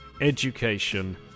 education